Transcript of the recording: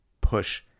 push